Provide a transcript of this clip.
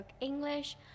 English